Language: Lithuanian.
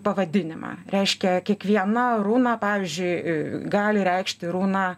pavadinimą reiškia kiekviena runa pavyzdžiui gali reikšti runa